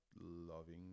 loving